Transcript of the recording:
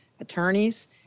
attorneys